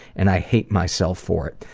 and i hate myself for it.